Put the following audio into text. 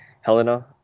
Helena